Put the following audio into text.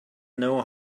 know